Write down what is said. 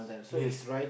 yes